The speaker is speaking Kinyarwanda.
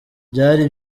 byari